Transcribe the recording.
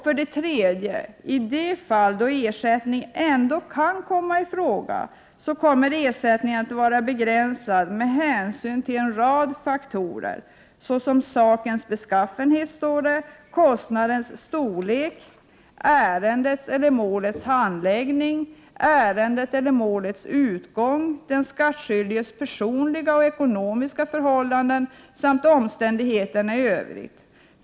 För det tredje sägs att i de fall ersättning ändå kan komma i fråga, kommer ersättningen att vara begränsad med hänsyn till en rad faktorer, såsom sakens beskaffenhet, kostnadens storlek, ärendets eller målets handläggning, ärendets eller målets utgång, den skattskyldiges personliga och ekonomiska förhållanden samt omständigheterna i övrigt.